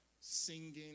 singing